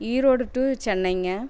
Erode to சென்னைங்க